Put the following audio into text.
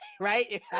Right